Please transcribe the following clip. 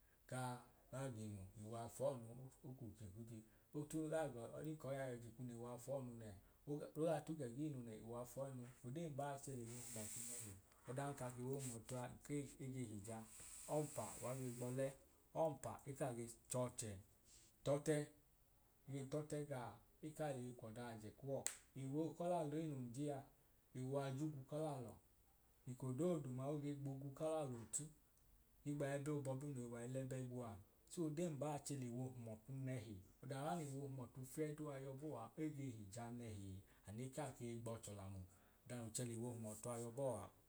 gaa g’inu ewo a fọọ ọnu oko che ku che otu oga odin kọi a yọi jikwu n’ewo ai fọọnu nẹẹ og ogaa tug ẹ g’iinu nẹẹ ewo aa fọọnu. Odee mbaa chẹ l’ewo hum ọtu nẹhi. Odan ka k’ewo hum ọtua, ei ege hija, ọmpa uwa ge gbọle, ọmpa ekaa ge chọ chẹ tọte, gee tọtẹ gaa, ekaa leyi kwọ daaje kuwọ. Ewo k’ọlalọ ei nun je a ewo a j’ugu k’ọlaalọ, eko dooduma oge gb’ugu k’ọlalọ otu higba ẹbẹ obọbi noi wai lẹbẹ guwa. So odee mbaa chẹ l’ewo hum ọtu nẹhi, ọda no ya n’ewo hum ọtu fiẹduu a yọbọọ a, ege hija nẹhi ane kaa gee gb’ọch’ọlamu, ọda noo chẹ l’ewo hum ọtua y’ebọọ a.